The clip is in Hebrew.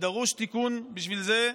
ודרוש תיקון בשביל זה,